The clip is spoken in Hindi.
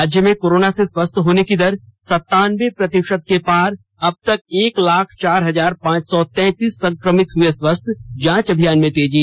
राज्य में कोरोना से स्वस्थ होने की दर सनतानवे प्रतिशत के पार अब तक एक लाख चार हजार पांच सौ तैंतीस संक्रमित हुए स्वस्थ जांच अभियान में तेजी